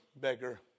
beggar